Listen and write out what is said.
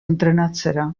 entrenatzera